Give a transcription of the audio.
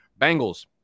Bengals